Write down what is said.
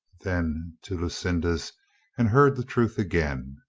then to lucinda's and heard the truth again.